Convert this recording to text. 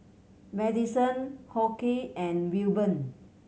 Madyson Hoke and Wilburn